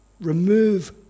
remove